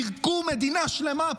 פירקו מדינה שלמה פה.